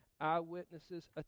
Eyewitnesses